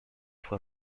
fue